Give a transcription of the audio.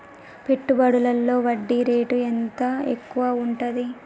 పెట్టుబడులలో వడ్డీ రేటు ఎంత వరకు ఉంటది?